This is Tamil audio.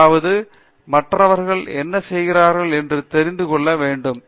அதாவது மற்றவர்கள் என்ன செய்கிறார்கள் என்று தெரிந்து கொள்ள வேண்டும்